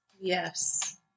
Yes